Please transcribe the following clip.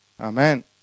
Amen